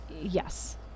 Yes